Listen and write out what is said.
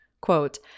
Quote